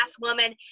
woman